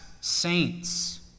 saints